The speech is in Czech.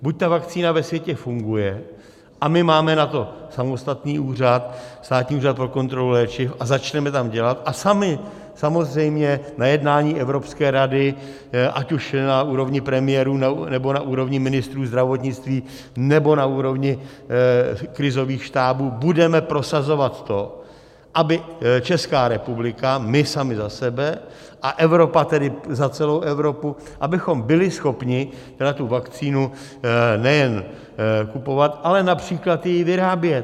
Buď ta vakcína ve světě funguje, a my na to máme samostatný úřad, Státní úřad pro kontrolu léčiv, a začneme tam dělat a sami samozřejmě na jednání Evropské rady, ať už na úrovni premiérů, nebo na úrovni ministrů zdravotnictví, nebo na úrovni krizových štábů budeme prosazovat to, aby Česká republika, my sami za sebe, a Evropa tedy za celou Evropu, abychom byli schopni vakcínu nejen kupovat, ale například ji i společně vyrábět.